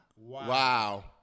Wow